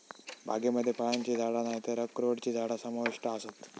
बागेमध्ये फळांची झाडा नायतर अक्रोडची झाडा समाविष्ट आसत